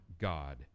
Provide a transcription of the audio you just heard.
God